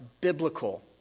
biblical